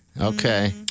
Okay